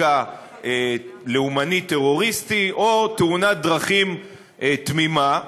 רקע לאומני טרוריסטי או תאונת דרכים תמימה.